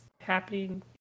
happening